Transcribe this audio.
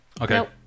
Okay